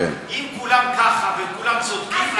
אם כולם ככה וכולם צודקים,